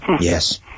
Yes